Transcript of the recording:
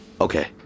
Okay